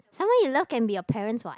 someone you love can be your parents what